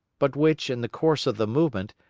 but which, in the course of the movement,